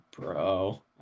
bro